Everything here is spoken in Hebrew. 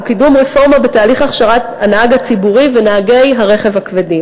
הוא קידום רפורמה בתהליך הכשרת נהגי הרכב הציבורי ונהגי הרכב הכבד,